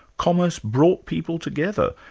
commerce brought people together.